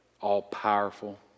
all-powerful